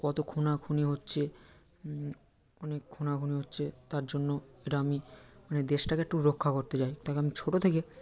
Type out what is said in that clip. কত খুনাখুনি হচ্ছে অনেক খুনাখুনি হচ্ছে তার জন্য এটা আমি মানে দেশটাকে একটু রক্ষা করতে চাই তাকে আমি ছোটো থেকে